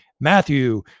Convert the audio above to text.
Matthew